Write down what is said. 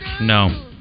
No